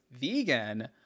vegan